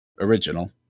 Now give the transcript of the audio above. Original